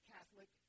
Catholic